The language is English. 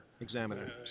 examiner